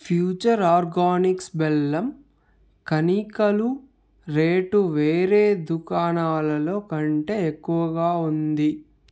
future organics బెల్లం కణికలు rate వేరే దుకాణాలలో కంటే ఎక్కువగా ఉంది